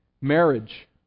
Marriage